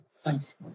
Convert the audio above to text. Thanks